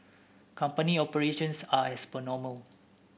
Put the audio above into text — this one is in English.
company operations are as per normal